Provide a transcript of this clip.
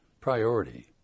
priority